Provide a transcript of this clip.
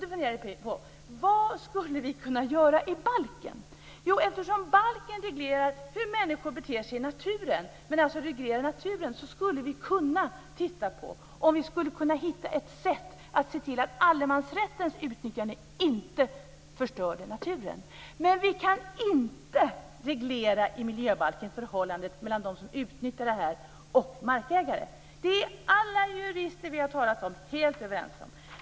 Vi funderade då på vad vi skulle kunna göra i balken. Jo, eftersom balken reglerar hur människor beter sig i naturen, dvs. reglerar naturen, skulle vi kunna titta om vi kunde hitta ett sätt att se till att allemansrättens utnyttjande inte förstörde naturen. Men vi kan inte i miljöbalken reglera förhållandet mellan dem som utnyttjar det här och markägare. Det är alla jurister som vi har talat med helt överens om.